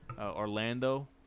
Orlando